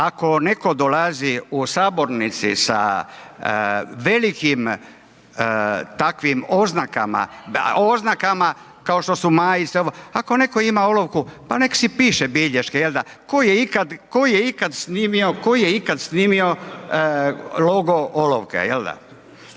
ako netko dolazi u sabornici sa velikim takvim oznakama, oznakama kao što su majce, ako neko ima olovku pa nek si piše bilješke jel da, tko ikad snimio, tko je